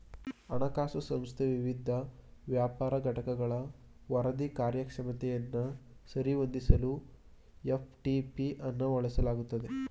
ಹಣಕಾಸು ಸಂಸ್ಥೆ ವಿವಿಧ ವ್ಯಾಪಾರ ಘಟಕಗಳ ವರದಿ ಕಾರ್ಯಕ್ಷಮತೆಯನ್ನ ಸರಿ ಹೊಂದಿಸಲು ಎಫ್.ಟಿ.ಪಿ ಅನ್ನ ಬಳಸಲಾಗುತ್ತೆ